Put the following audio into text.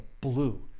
blue